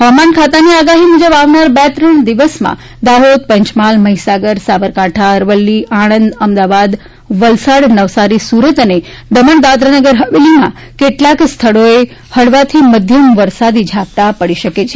હવામાન ખાતાની આગાહી મુજબ આવનારા બે ત્રણ દિવસ દાહોદ પંચમહાલ મહિસાગર સાબરકાંઠા અરવલ્લી આણંદ અમદાવાદ વલસાડ નવસારી સુરત અને દમણ દાદરા નગર હવેલીમાં કેટલાંક સ્થળોએ હળવાથી મધ્યમ વરસાદી ઝાપટાં પડી શકે છે